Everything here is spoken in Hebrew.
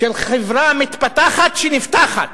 של חברה מתפתחת שנפתחת.